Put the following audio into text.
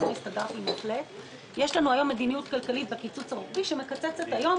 יש לנו היום מדיניות כלכלית בקיצוץ הרוחבי שמקצצת היום